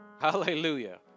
Hallelujah